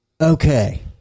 okay